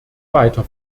weiter